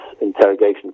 interrogation